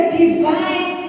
divine